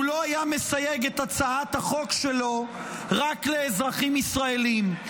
הוא לא היה מסייג את הצעת החוק שלו רק לאזרחים ישראלים.